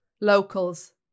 locals